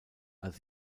als